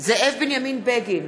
זאב בנימין בגין,